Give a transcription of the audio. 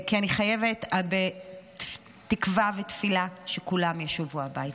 כי אני חייבת, בתקווה ותפילה שכולם ישובו הביתה.